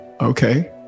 Okay